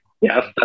Yes